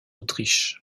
autriche